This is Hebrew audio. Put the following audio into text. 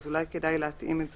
אז אולי כדאי להתאים את זה,